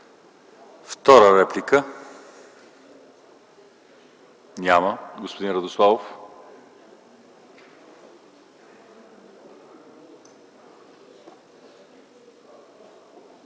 Втора реплика? Няма. Господин Радославов.